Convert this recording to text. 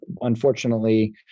unfortunately